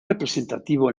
representativo